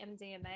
MDMA